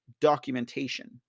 documentation